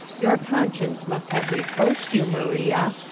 your conscience must have reproached you, maria.